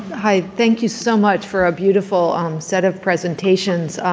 hi. thank you so much for a beautiful set of presentations.